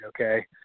okay